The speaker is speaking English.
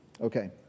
Okay